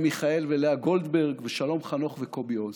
מיכאל ולאה גולדברג ושלום חנוך וקובי אוז.